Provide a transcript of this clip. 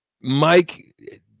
Mike